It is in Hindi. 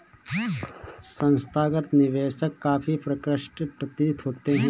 संस्थागत निवेशक काफी परिष्कृत प्रतीत होते हैं